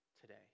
today